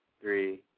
three